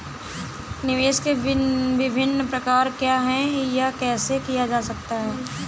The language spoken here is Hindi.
निवेश के विभिन्न प्रकार क्या हैं यह कैसे किया जा सकता है?